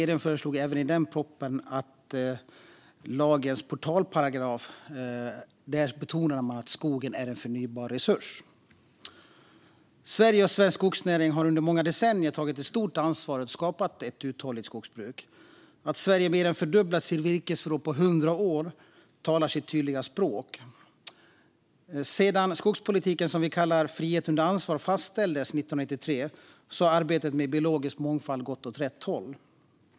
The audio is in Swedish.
I lagens portalparagraf betonades även att skogen är en förnybar resurs. Sverige och svensk skogsnäring har under många decennier tagit ett stort ansvar och skapat ett uthålligt skogsbruk. Att Sverige mer än fördubblat sitt virkesförråd på 100 år talar sitt tydliga språk. Sedan den skogspolitik som vi kallar frihet under ansvar fastställdes 1993 har arbetet med biologisk mångfald gått åt rätt håll.